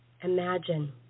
Imagine